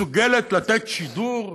מסוגלת לתת שידור?